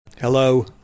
Hello